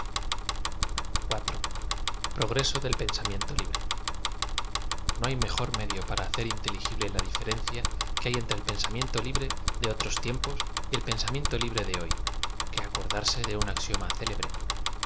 a progrebo del pensamiento libre no hay m ejor medio para hacer inteligible la dife rencia que hay entre el pensamiento libre de otros tiempos y el peneamlento libre de hoy que acordarse de un axioma célebre